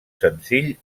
senzill